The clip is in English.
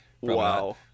Wow